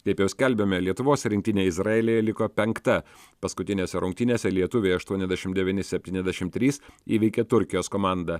kaip jau skelbėme lietuvos rinktinė izraelyje liko penkta paskutinėse rungtynėse lietuviai aštuoniasdešim devyni septyniasdešim trys įveikė turkijos komandą